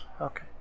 Okay